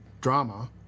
drama